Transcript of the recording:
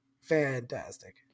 fantastic